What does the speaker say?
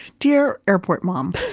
dear airport mom.